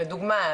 לדוגמה,